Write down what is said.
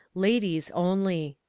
ladies only!